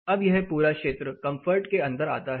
अब यह पूरा क्षेत्र कंफर्ट के अंदर आता है